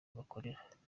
bakorera